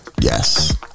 Yes